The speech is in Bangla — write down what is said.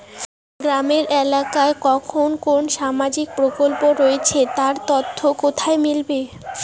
গ্রামের এলাকায় কখন কোন সামাজিক প্রকল্প রয়েছে তার তথ্য কোথায় মিলবে?